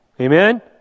Amen